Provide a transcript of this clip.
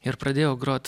ir pradėjau grot